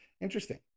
Interesting